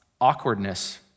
awkwardness